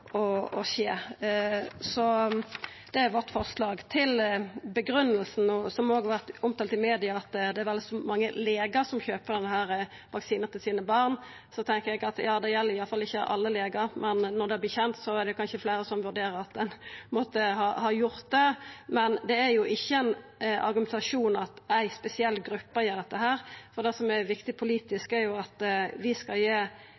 som òg vart omtalt i media, om at det var mange legar som kjøper denne vaksinen til barna sine: Eg tenkjer at det gjeld iallfall ikkje alle legar, men når det vert kjent, er det kanskje fleire som vurderer at ein skulle ha gjort det. Men det er ikkje eit argument at ei spesiell gruppe gjer dette. Det som er viktig politisk, er jo at det tilbodet som vert gitt, skal